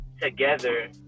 together